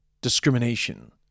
discrimination